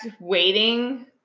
waiting